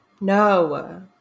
No